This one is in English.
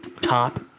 top